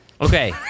Okay